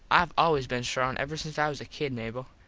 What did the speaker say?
ive always been strong ever since i was a kid, mable.